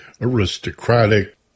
aristocratic